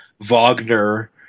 Wagner